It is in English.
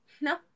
No